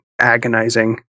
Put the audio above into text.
agonizing